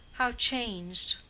how changed!